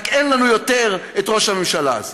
רק אין לנו יותר את ראש הממשלה הזה.